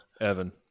Evan